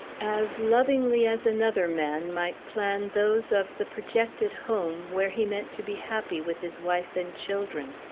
as lovingly as another man might plan those of the projected home where he meant to be happy with his wife and children.